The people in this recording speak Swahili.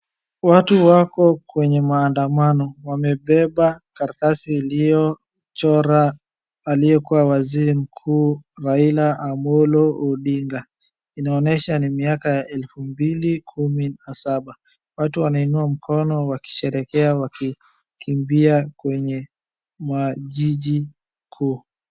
Watu wako kwenye maandamano wamebeba karatasi iliyochorwa aliyekuwa waziri mkuu Raila Amollo Odinga, inaonyesha ni miaka ya elfu mbili kumi na saba. Watu wanainua mkono wakisherehekea wakikimbia kwenye jiji kuu.